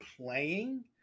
playing